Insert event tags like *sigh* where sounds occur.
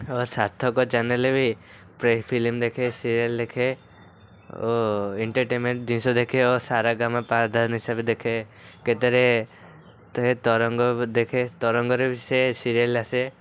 ସାର୍ଥକ channel ବି *unintelligible* film ଦେଖେ serial ଦେଖେ ଓ ଏଣ୍ଟରଟେନମେଣ୍ଟ ଜିନିଷ ଦେଖେ ଓ ସାରେଗାମାପାଧାନିଶା ବି ଦେଖେ କେତେରେ ତରଙ୍ଗ ଦେଖେ ତରଙ୍ଗରେ ବି ସେ ସିରିଏଲ୍ ଆସେ